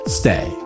stay